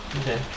Okay